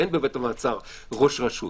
אין בבית המעצר ראש רשות.